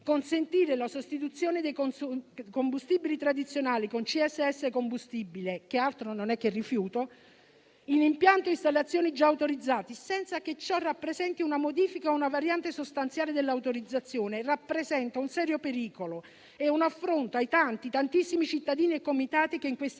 Consentire la sostituzione dei combustibili tradizionali con combustibile solido secondario (CSS), che altro non è che rifiuto, in impianti o installazioni già autorizzati, senza che ciò rappresenti una modifica o una variante sostanziale dell'autorizzazione, rappresenta un serio pericolo e un affronto ai tanti, tantissimi cittadini e comitati che in questi